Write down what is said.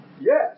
Yes